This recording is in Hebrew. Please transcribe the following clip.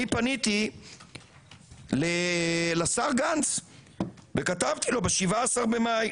אני פניתי לשר גנץ וכתבתי לו ב-17 במאי